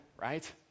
right